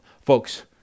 folks